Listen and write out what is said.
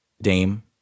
Dame